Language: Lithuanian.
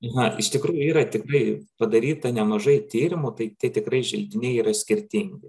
na iš tikrųjų yra tikrai padaryta nemažai tyrimų tai tie tikrai želdiniai yra skirtingi